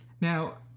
Now